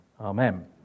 Amen